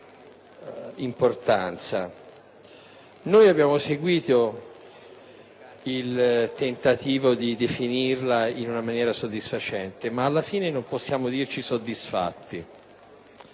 Abbiamo seguito il tentativo di definirla in maniera soddisfacente, ma alla fine non possiamo dirci soddisfatti.